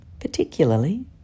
particularly